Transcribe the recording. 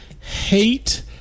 hate